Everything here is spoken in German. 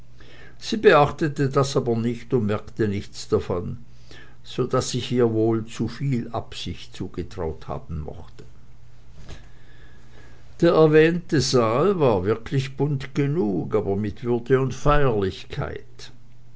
sie beachtete das aber nicht und merkte nichts davon so daß ich ihr wohl zuviel absicht zugetraut haben mochte der erwähnte saal war wirklich bunt genug aber mit würde und feierlichkeit